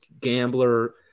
gambler